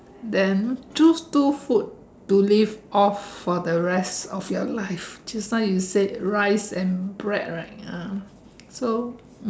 then choose two food to live off for the rest of your life just now you said rice and bread right ah so